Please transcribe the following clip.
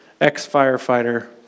ex-firefighter